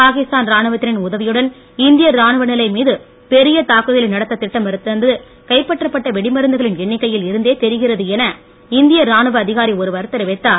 பாகிஸ்தான் ராணுவத்தினரின் உதவியுடன் இந்திய ராணுவ நிலை மீது பெரிய தாக்குதலை நடத்த திட்டமிருந்தது கைப்பற்றப்பட்ட வெடிமருந்துகளின் எண்ணிக்கையில் இருந்தே தெரிகிறது என இந்திய ராணுவ அதிகாரி ஒருவர் தெரிவித்தார்